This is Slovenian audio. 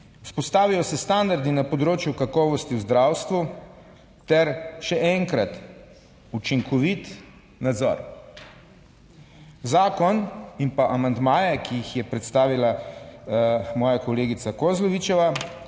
vzpostavijo se standardi na področju kakovosti v zdravstvu ter še enkrat učinkovit nadzor. Zakon in pa amandmaje, ki jih je predstavila moja kolegica Kozlovičeva